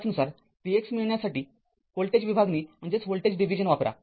५ नुसार vx मिळण्यासाठी voltage विभागणी वापरा